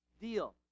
deal